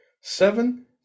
seven